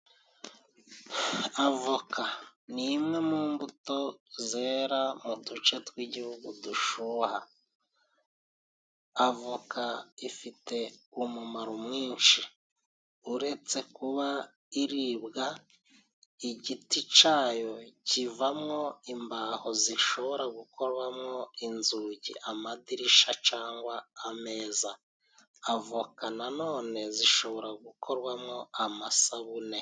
Avoka ni imwe mu mbuto zera mu duce tw'igihugu dushuha, avoka ifite umumaro mwinshi uretse kuba iribwa igiti cayo kivamo imbaho zishobora gukorwamwo inzugi, amadirisha cyangwa ameza. Avoka nanone zishobora gukorwamwo amasabune.